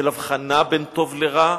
של הבחנה בין טוב לרע,